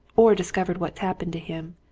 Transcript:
or discovered what's happened to him.